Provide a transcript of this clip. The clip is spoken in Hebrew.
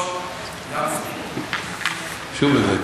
כבוד היושב-ראש,